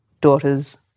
daughters